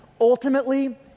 ultimately